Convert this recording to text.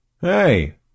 Hey